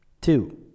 two